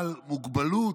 אבל מוגבלות,